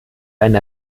einen